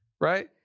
right